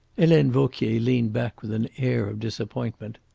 helene vauquier leaned back with an air of disappointment.